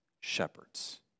shepherds